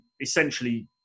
essentially